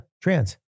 trans